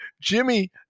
Jimmy